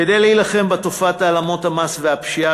כדי להילחם בתופעת העלמות המס והפשיעה